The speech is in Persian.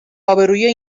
آبروئیه